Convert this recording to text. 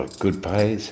good pay.